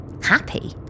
Happy